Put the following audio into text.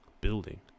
building